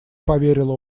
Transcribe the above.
поверила